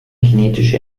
kinetische